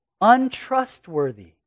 untrustworthy